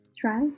try